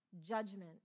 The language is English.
judgment